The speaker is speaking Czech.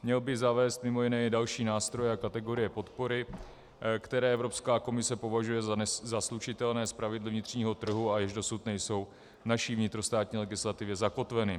Měl by zavést mj. i další nástroje a kategorie podpory, které Evropská komise považuje za slučitelné s pravidly vnitřního trhu a jež dosud nejsou v naší vnitrostátní legislativě zakotveny.